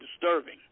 disturbing